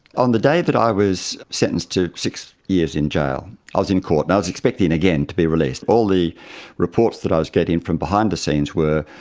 on the day that i was sentenced to six years in jail, i was in court, and i was expecting, again, to be released. all the reports that i was getting from behind the scenes were,